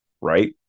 right